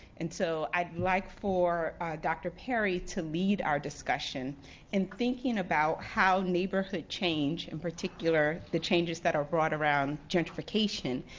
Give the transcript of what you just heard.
and so i'd like for dr. perry to lead our discussion in thinking about how neighborhood change, in particular the changes that are brought around gentrification,